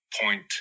point